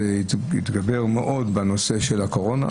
זה התגבר מאוד בנושא של הקורונה,